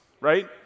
right